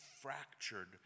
fractured